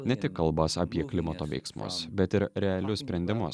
ne tik kalbas apie klimato veiksmus bet ir realius sprendimus